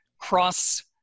cross